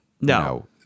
No